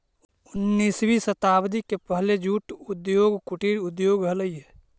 उन्नीसवीं शताब्दी के पहले जूट उद्योग कुटीर उद्योग हलइ